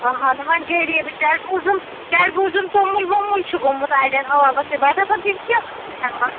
اہنو وۄنۍ غریٖبٕے پٮ۪ٹھٕ بوٗزُم توٚمُل ووٚمُل چھُ گوٚمُت اَڈٮ۪ن آبَس بہٕ ہا دَپان تِم کیاہ آسن کھیٚوان